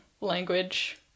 language